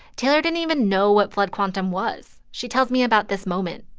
taylor didn't even know what blood quantum was. she tells me about this moment.